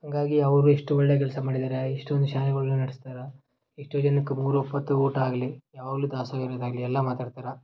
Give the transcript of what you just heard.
ಹಾಗಾಗಿ ಅವರು ಇಷ್ಟು ಒಳ್ಳೆಯ ಕೆಲಸ ಮಾಡಿದ್ದಾರೆ ಇಷ್ಟೊಂದು ಶಾಲೆಗಳನ್ನ ನಡೆಸ್ತಾರ ಎಷ್ಟೋ ಜನಕ್ಕೆ ಮೂರು ಒಪ್ಪೊತ್ತು ಊಟ ಆಗಲೀ ಯಾವಾಗಲೂ ದಾಸೋಹ ಇರೋದಾಗಲೀ ಎಲ್ಲ ಮಾತಾಡ್ತಾರ